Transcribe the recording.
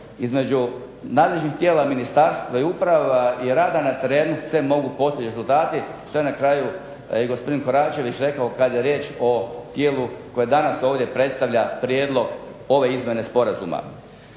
između nadležnih tijela ministarstva i uprava i rada na terenu se mogu postići rezultati što je i na kraju i gospodin Koračević rekao kada je riječ o tijelu koje danas ovdje predstavlja prijedlog ove izmjene sporazuma.